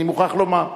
אני מוכרח לומר.